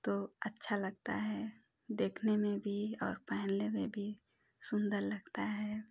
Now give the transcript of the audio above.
तो अच्छा लगता है देखने में भी और पहनने में भी सुन्दर लगता है